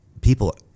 people